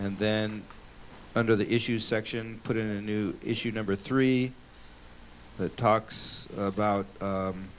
and then under the issues section put in a new issue number three that talks about